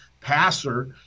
passer